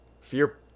Fear